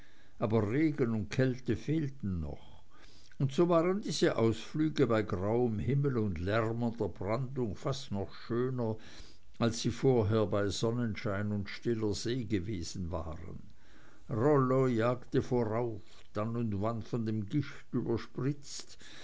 aber regen und kälte fehlten noch und so waren diese ausflüge bei grauem himmel und lärmender brandung fast noch schöner als sie vorher bei sonnenschein und stiller see gewesen waren rollo jagte vorauf dann und wann von der